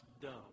dumb